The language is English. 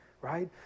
right